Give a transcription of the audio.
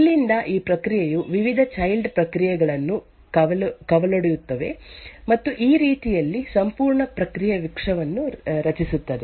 ಇಲ್ಲಿಂದ ಈ ಪ್ರಕ್ರಿಯೆಯು ವಿವಿಧ ಚೈಲ್ಡ್ ಪ್ರಕ್ರಿಯೆಗಳನ್ನು ಕವಲೊಡೆಯುತ್ತದೆ ಮತ್ತು ಈ ರೀತಿಯಲ್ಲಿ ಸಂಪೂರ್ಣ ಪ್ರಕ್ರಿಯೆ ವೃಕ್ಷವನ್ನು ರಚಿಸುತ್ತದೆ